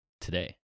today